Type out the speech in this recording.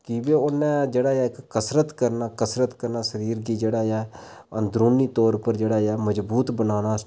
क्योंकि उ'नें जेह्ड़ा ऐ कसरत करना कसरत करना सेह्त गी जेह्ड़ा ऐ अंदरूनी तौर पर जेह्ड़ा ऐ मजबूत बनांदा